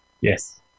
Yes